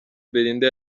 belinda